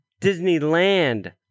Disneyland